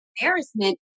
Embarrassment